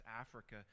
Africa